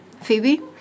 Phoebe